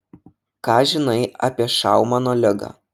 ką žinai apie šaumano ligą